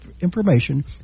information